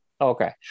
Okay